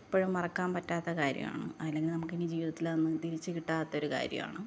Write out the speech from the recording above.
എപ്പോഴും മറക്കാൻ പറ്റാത്ത കാര്യമാണ് അല്ലെങ്കിൽ നമുക്കിനി ജീവിതത്തിലതൊന്നും തിരിച്ച് കിട്ടാത്തൊരു കാര്യമണ്